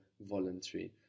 voluntary